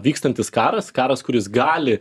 vykstantis karas karas kuris gali